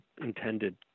intended